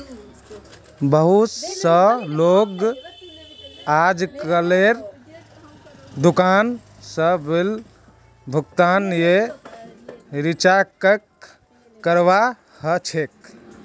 बहुत स लोग अजकालेर दुकान स बिल भुगतान या रीचार्जक करवा ह छेक